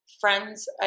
friends